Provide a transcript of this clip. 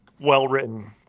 well-written